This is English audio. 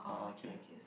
uh okay